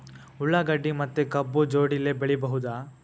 ಉಳ್ಳಾಗಡ್ಡಿ ಮತ್ತೆ ಕಬ್ಬು ಜೋಡಿಲೆ ಬೆಳಿ ಬಹುದಾ?